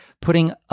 putting